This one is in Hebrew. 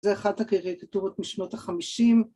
‫זו אחת הקרקטורות משנות ה-50.